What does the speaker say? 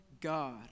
God